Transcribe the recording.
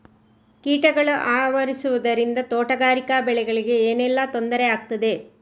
ಕೀಟಗಳು ಆವರಿಸುದರಿಂದ ತೋಟಗಾರಿಕಾ ಬೆಳೆಗಳಿಗೆ ಏನೆಲ್ಲಾ ತೊಂದರೆ ಆಗ್ತದೆ?